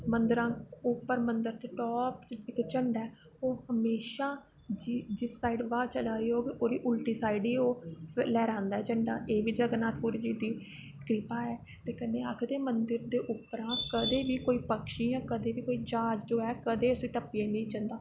मन्दर दे टॉप उप्पर इक झंडा ऐ ओह् हमेशा जिस साईड़ हवा चला दी होग उस दी उल्टी साईड़ ओह् लैहरांदा ऐ झंडा ते एह् बी जगन नाथ पुरी जी दी कृपा ऐ ते कन्नै आखदे मन्दर दे उप्पर पक्षी जां कदैं बी कोई जहाज टप्पियै नी जंदा